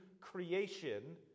creation